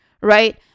right